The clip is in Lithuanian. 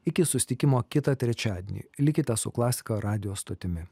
iki susitikimo kitą trečiadienį likite su klasika radijo stotimi